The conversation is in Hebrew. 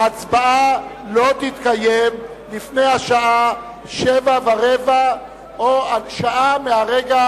ההצבעה לא תתקיים לפני השעה 19:15 או שעה מרגע